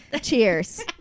Cheers